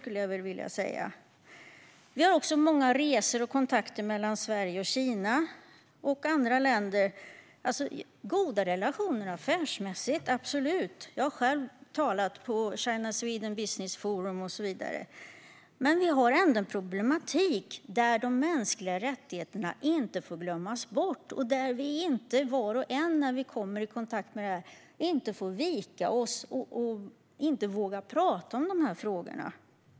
Det finns också många kontakter mellan Sverige och Kina. Goda relationer affärsmässigt är absolut viktigt - jag har själv talat på China-Sweden Business Forum - men det finns en problematik där de mänskliga rättigheterna inte får glömmas. Vi får inte vika oss och inte våga tala om de här frågorna.